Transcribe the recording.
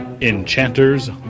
Enchanter's